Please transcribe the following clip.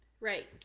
right